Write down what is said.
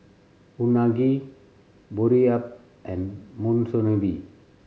Unagi Boribap and Monsunabe